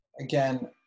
Again